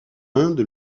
inde